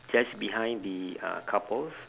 just behind the uh couple